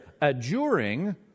adjuring